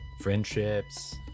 friendships